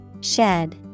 Shed